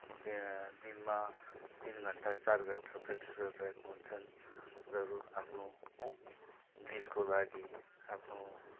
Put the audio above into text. they दिनमा तिन घन्टा चार घन्टा प्र्याक्टिस गरिरहेका हुन्छन् उनीहरू आफ्नो हो देशको लागि आफ्नो